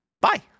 bye